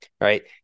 right